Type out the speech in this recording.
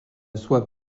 soif